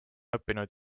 õppinud